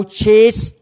chase